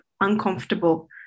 uncomfortable